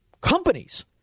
companies